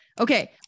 Okay